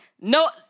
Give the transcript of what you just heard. no